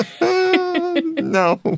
no